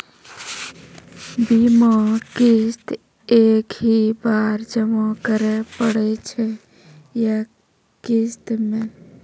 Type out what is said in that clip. बीमा किस्त एक ही बार जमा करें पड़ै छै या किस्त मे?